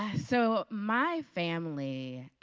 ah so, my family,